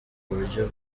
buryo